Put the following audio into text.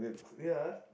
ya